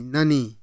Nani